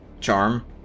charm